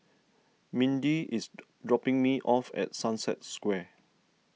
Mindi is dropping me off at Sunset Square